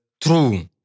true